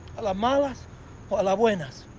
a la malas, o a la buenas.